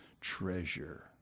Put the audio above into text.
treasure